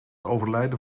overlijden